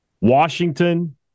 Washington